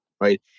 Right